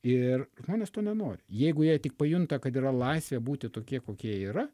ir žmonės to nenori jeigu jie tik pajunta kad yra laisvė būti tokie kokie jie yra